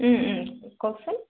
ও ও কওকচোন